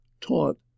taught